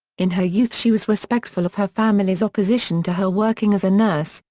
in her youth she was respectful of her family's opposition to her working as a nurse,